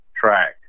track